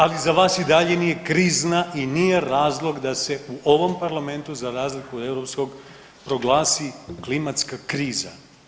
Ali za vas i dalje nije krizna i nije razlog da se u ovom Parlamentu za razliku europskog proglasi klimatska kriza.